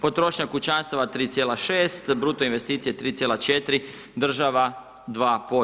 Potrošnja kućanstva 3,6, bruto investicije 3,4, država 2%